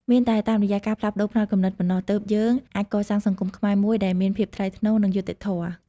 មានតែតាមរយៈការផ្លាស់ប្តូរផ្នត់គំនិតប៉ុណ្ណោះ ទើបយើងអាចកសាងសង្គមខ្មែរមួយដែលមានភាពថ្លៃថ្នូរ និងយុត្តិធម៌។